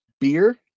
Beer